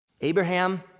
Abraham